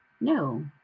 no